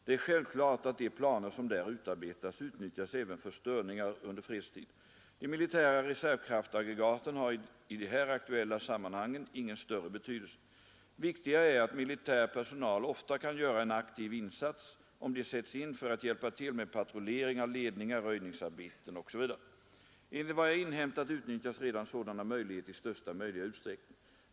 Det är självklart att de planer som där utarbetas utnyttjas även för störningar under fredstid. De militära reservkraftaggregaten har i de här aktuella sammanhangen ingen större betydelse. Viktigare är att militär personal ofta kan göra en aktiv insats om den sätts in för att hjälpa till med patrullering av ledningar, röjningsarbeten etc. Enligt vad jag inhämtat utnyttjas redan sådana möjligheter i största möjliga utsträckning.